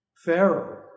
Pharaoh